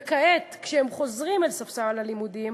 וכעת, כאשר הם חוזרים לספסל הלימודים